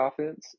offense